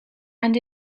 and